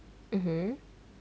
mmhmm